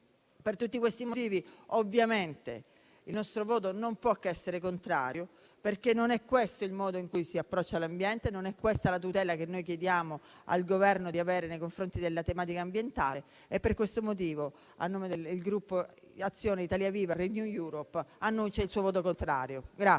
Per tutti questi motivi, ovviamente, il nostro voto non può che essere contrario, perché non è questo il modo in cui si approccia l'ambiente, non è questa la tutela che chiediamo al Governo di avere nei confronti della tematica ambientale. Per questo motivo, a nome del Gruppo Azione-Italia Viva-RenewEurope, annuncio il voto contrario.